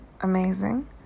amazing